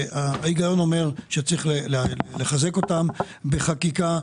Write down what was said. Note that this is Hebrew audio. שההיגיון אומר שצריך לחזק אותם בחקיקה.